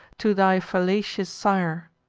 to thy fallacious sire.